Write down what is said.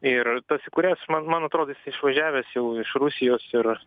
ir tas įkūrėjas man man atrodo jis išvažiavęs jau iš rusijos ir